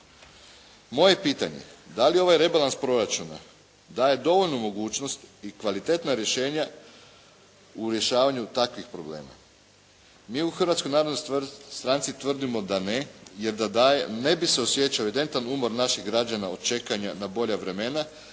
je pitanje, da li ovaj rebalans proračuna daje dovoljnu mogućnost i kvalitetna rješenja u rješavanju takvih problema. Mi u Hrvatskoj narodnoj stranci tvrdimo da ne, jer da daje ne bi se osjećao identan umor naših građana od čekanja na bolja vremena